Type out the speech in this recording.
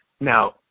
Now